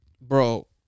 bro